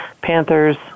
Panthers